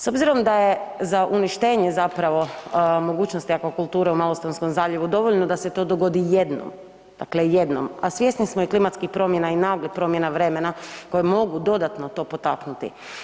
S obzirom da je za uništenje zapravo mogućnost aquakulture u Malostonskom zaljevu dovoljno da se to dogodi jednom, dakle jednom a svjesni smo i a svjesni smo i klimatskih promjena i naglih promjena vremena koje mogu dodatno to potaknuti.